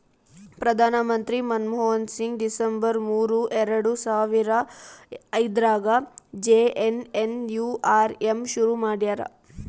ಪ್ರಧಾನ ಮಂತ್ರಿ ಮನ್ಮೋಹನ್ ಸಿಂಗ್ ಡಿಸೆಂಬರ್ ಮೂರು ಎರಡು ಸಾವರ ಐದ್ರಗಾ ಜೆ.ಎನ್.ಎನ್.ಯು.ಆರ್.ಎಮ್ ಶುರು ಮಾಡ್ಯರ